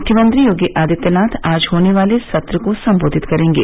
मुख्यमंत्री योगी आदित्यनाथ आज होने वाले सत्र को संबोधित करेंगे